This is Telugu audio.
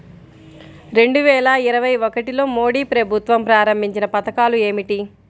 రెండు వేల ఇరవై ఒకటిలో మోడీ ప్రభుత్వం ప్రారంభించిన పథకాలు ఏమిటీ?